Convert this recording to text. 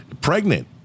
pregnant